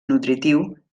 nutritiu